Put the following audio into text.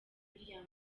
william